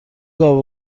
گاو